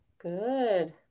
Good